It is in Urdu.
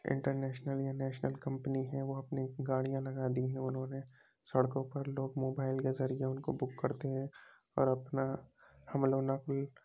انٹر نیشنل یا نیشنل کمپنی ہیں وہ اپنی گاڑیاں لگا دی ہیں اُنہوں نے سڑکوں پر لوگ موبائل کے ذریعے اُن کو بک کرتے ہیں اور اپنا حمل و نقل